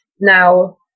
Now